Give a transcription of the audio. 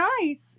nice